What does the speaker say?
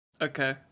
Okay